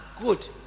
good